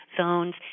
zones